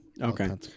Okay